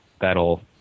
that'll